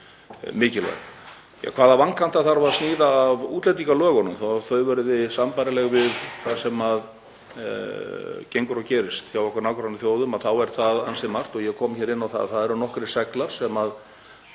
mikilvæg. Hvaða vankanta þarf að sníða af útlendingalögunum þannig að þau verði sambærileg við það sem gengur og gerist hjá okkar nágrannaþjóðum? Það er ansi margt og ég kom inn á það að það eru nokkrir seglar sem